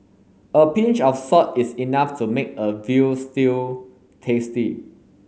a pinch of salt is enough to make a veal stew tasty